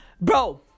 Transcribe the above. Bro